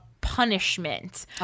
punishment